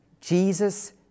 Jesus